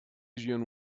asian